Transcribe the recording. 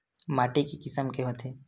माटी के किसम के होथे?